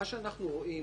מה שאנחנו רואים